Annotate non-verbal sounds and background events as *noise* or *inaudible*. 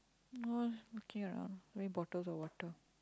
*noise* okay lah bring bottles of water